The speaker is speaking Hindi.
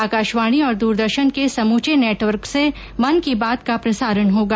आकाशवाणी और दूरदर्शन के समूचे नेटवर्क से मन की बात का प्रसारण होगा